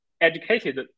educated